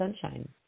sunshine